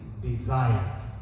desires